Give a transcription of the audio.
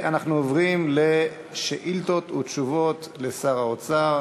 בעד הצעת החוק הצביעו 16,